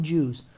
Jews